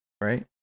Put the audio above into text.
right